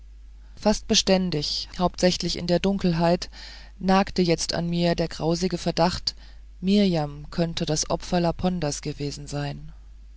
fast beständig hauptsächlich in der dunkelheit nagte jetzt in mir der grausige verdacht mirjam könnte das opfer laponders gewesen sein